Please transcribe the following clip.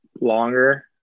longer